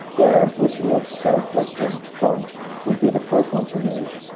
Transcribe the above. where brusilov's south-western front would be the first one to move,